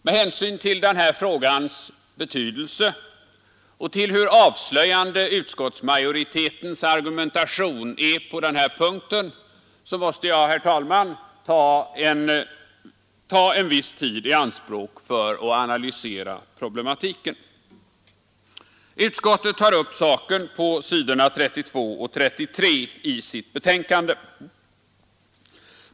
Med hänsyn till den här frågans betydelse och till hur avslöjande utskottsmajoritetens argumentation är på denna punkt måste jag, herr talman, ta en viss tid i anspråk för att analysera problematiken. Utskottet tar upp saken på s. 32 och 33 i sitt betänkande.